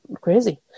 crazy